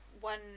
one